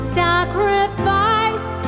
sacrifice